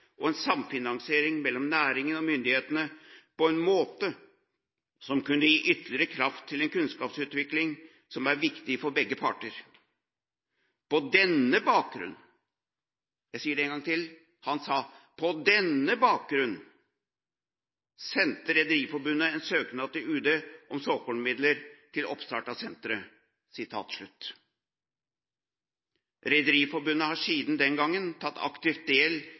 og en samfinansiering mellom næringen og myndighetene på en måte som kunne gi ytterligere kraft til en kunnskapsutvikling som er viktig for begge parter. På denne bakgrunn» – Jeg sier det en gang til: På denne bakgrunn – «sendte Rederiforbundet en søknad til UD om såkornmidler til oppstart av senteret.» Rederiforbundet har siden den gang tatt aktivt del